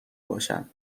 باشن